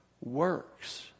works